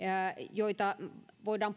joita voidaan